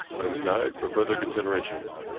put him aside for further consideration.